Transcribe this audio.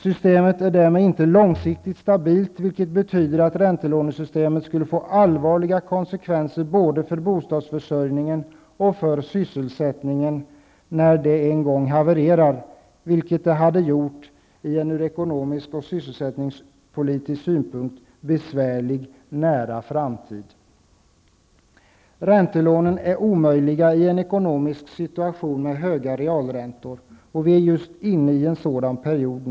Systemet är därmed inte långsiktigt stabilt, vilket betyder att räntelånesystemet skulle få allvarliga konsekvenser både för bostadsförsörjningen och för sysselsättningen den dag det havererar -- och så skulle det ha blivit i en ekonomiskt och sysselsättningsmässigt besvärlig nära framtid. Räntelånen är omöjliga ekonomiskt i en situation med höga realräntor. Vi är just nu inne i en sådan period.